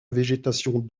végétation